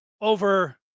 over